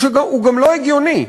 הוא גם לא הגיוני.